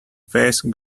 face